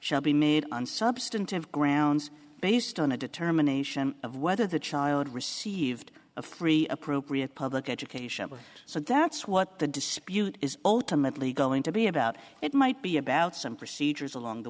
shall be made on substantive grounds based on a determination of whether the child received a free appropriate public education so that's what the dispute is ultimately going to be about it might be about some procedures along the